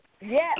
yes